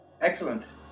excellent